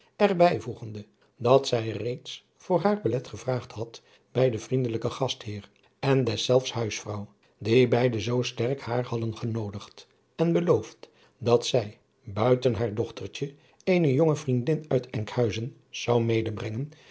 er bijvoegende dat zij reeds voor haar belet gevraagd had bij den vriendelijken gastheer en deszelfs huisvrouw die beide zoo sterk haar hadden genoodigd en beloofd dat zij buiten haar dochtertje eene jonge vriendin uit enkhuizen zou